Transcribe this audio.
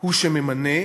הוא שממנה